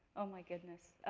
oh my goodness.